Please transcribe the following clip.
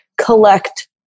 collect